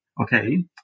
Okay